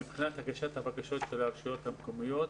מבחינת הגשת הבקשות לרשויות המקומיות,